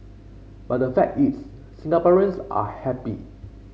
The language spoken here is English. but the fact is Singaporeans are happy